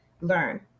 learn